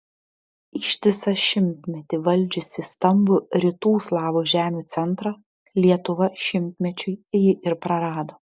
ištisą šimtmetį valdžiusi stambų rytų slavų žemių centrą lietuva šimtmečiui jį ir prarado